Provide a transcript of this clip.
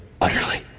utterly